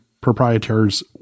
proprietors